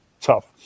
tough